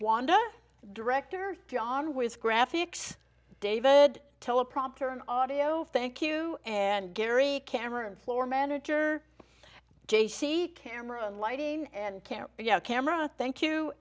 wanda director john with graphics david teleprompter and audio thank you and gary cameron floor manager j c cameron lighting and cam camera thank you